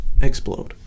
explode